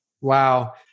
Wow